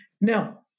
No